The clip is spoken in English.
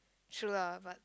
true lah but